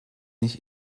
ich